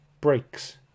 breaks